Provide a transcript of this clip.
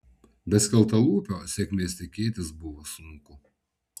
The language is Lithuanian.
be skeltalūpio sėkmės tikėtis buvo sunku